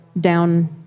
down